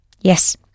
Yes